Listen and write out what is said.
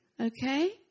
Okay